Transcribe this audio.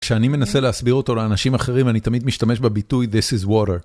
כשאני מנסה להסביר אותו לאנשים אחרים אני תמיד משתמש בביטוי This is water.